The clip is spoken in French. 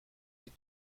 les